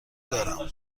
دارم